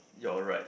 your right